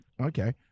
Okay